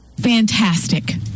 fantastic